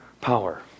power